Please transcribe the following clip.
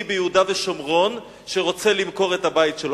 ביהודה ושומרון שרוצה למכור את הבית שלו.